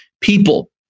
People